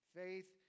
faith